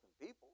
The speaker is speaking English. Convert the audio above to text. people